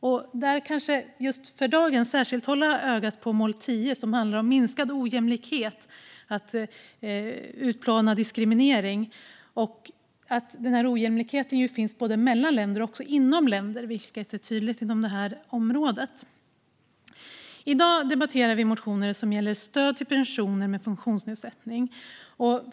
I dag ska vi kanske särskilt hålla ögonen på mål 10, som handlar om minskad ojämlikhet och att utplåna diskriminering. Ojämlikheter finns både mellan länder och inom länder, vilket är tydligt inom det här området. I dag debatterar vi motioner som gäller stöd till personer med funktionsnedsättning.